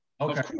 Okay